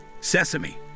sesame